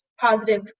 positive